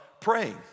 praying